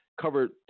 covered